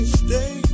stay